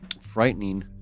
frightening